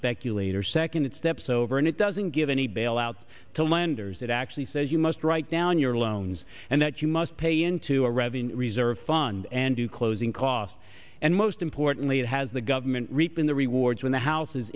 speculators second it steps over and it doesn't give any bailout to lenders that actually says you must write down your loans and that you must pay into a revenue reserve fund and do closing costs and most importantly it has the government reaping the wards when the houses